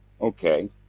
okay